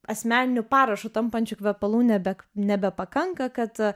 asmeniniu parašu tampančių kvepalų nebe nebepakanka kad e